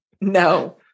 No